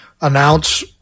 announce